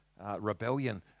rebellion